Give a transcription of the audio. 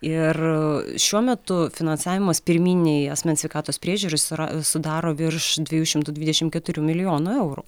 ir šiuo metu finansavimas pirminei asmens sveikatos priežiūr jis yra sudaro virš dviejų šimtų dvidešim keturių milijonų eurų